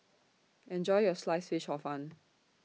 Enjoy your Sliced Fish Hor Fun